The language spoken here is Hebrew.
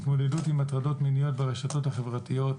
התמודדות עם הטרדות מיניות ברשתות החברתיות,